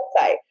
website